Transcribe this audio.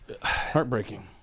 heartbreaking